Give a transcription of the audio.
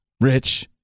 Rich-